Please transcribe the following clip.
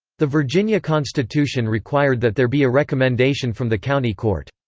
the virginia constitution required that there be a recommendation from the county court.